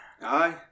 Aye